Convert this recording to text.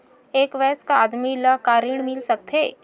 एक वयस्क आदमी ल का ऋण मिल सकथे?